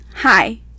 Hi